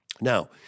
Now